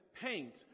paint